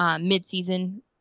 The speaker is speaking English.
mid-season